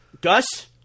Gus